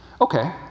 Okay